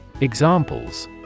Examples